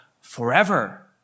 forever